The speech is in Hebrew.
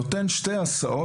נותן שתי הסעות